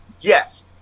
Yes